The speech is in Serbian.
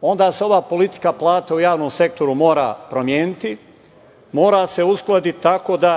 onda se ova politika plata u javnom sektoru mora promeniti. Mora se uskladiti tako da